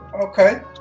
Okay